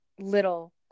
little